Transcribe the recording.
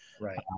right